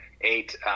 eight